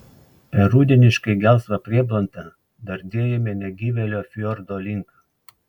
per rudeniškai gelsvą prieblandą dardėjome negyvėlio fjordo link